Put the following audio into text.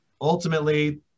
Ultimately